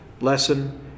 lesson